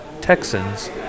Texans